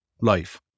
life